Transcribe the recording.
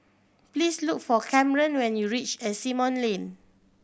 please look for Camron when you reach Asimont Lane